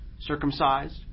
circumcised